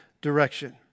direction